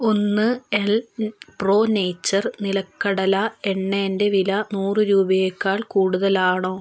ഒന്ന് L pro nature നിലക്കടല എണ്ണേന്റെ വില നൂറ് രൂപയേക്കാൾ കൂടുതലാണോ